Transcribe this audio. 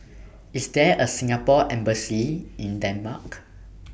IS There A Singapore Embassy in Denmark